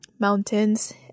mountains